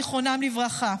זיכרונם לברכה.